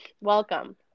welcome